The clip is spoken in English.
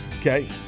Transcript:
okay